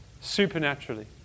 supernaturally